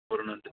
ஒரு நண்டு